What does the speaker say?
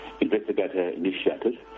investigator-initiated